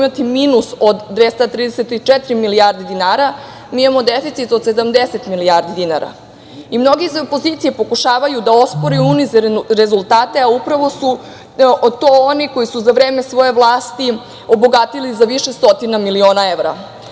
minus od 234 milijarde dinara, mi imao deficit od 70 milijardi dinara. Mnogi iz opozicije pokušavaju da ospore rezultate ali upravo su to oni koji su za vreme svoje vlasti obogatili se za više stotina miliona evra.